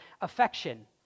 affection